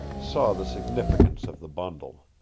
saw the significance of the bundle.